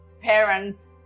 parents